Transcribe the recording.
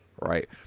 Right